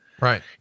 Right